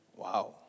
Wow